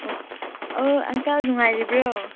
ꯑꯣ ꯑꯣ ꯑꯪꯀꯜ ꯅꯨꯡꯉꯥꯏꯔꯤꯕ꯭ꯔꯣ